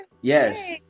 yes